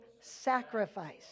sacrifice